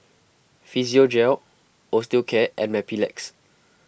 Physiogel Osteocare and Mepilex